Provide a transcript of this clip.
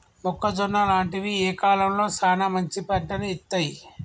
మొక్కజొన్న లాంటివి ఏ కాలంలో సానా మంచి పంటను ఇత్తయ్?